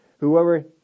Whoever